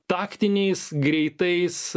taktiniais greitais